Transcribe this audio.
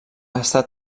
està